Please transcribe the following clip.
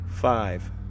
Five